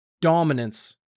dominance